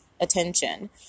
attention